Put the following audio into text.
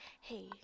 hey